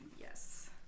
Yes